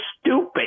stupid